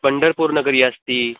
पण्ढरपुरनगरी अस्ति